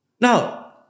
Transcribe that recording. Now